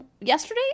yesterday